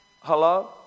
Hello